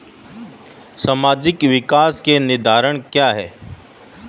सामाजिक विकास के निर्धारक क्या है?